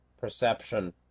perception